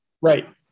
Right